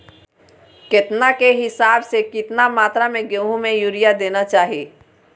केतना के हिसाब से, कितना मात्रा में गेहूं में यूरिया देना चाही?